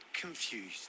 confused